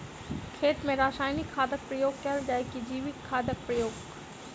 खेत मे रासायनिक खादक प्रयोग कैल जाय की जैविक खादक प्रयोग?